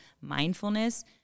mindfulness